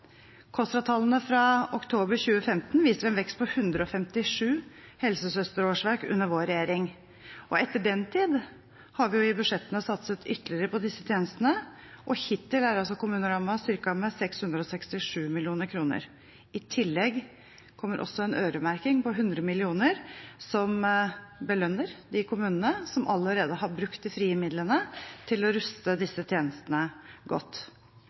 fra oktober 2015 viser en vekst på 157 helsesøsterårsverk under vår regjering. Etter den tid har vi i budsjettene satset ytterligere på disse tjenestene, og hittil er kommunerammen styrket med 667 mill. kr. I tillegg kommer en øremerking på 100 mill. kr, som belønner de kommunene som allerede har brukt de frie midlene til å ruste disse tjenestene godt.